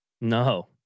No